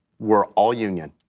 we're all union.